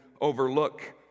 overlook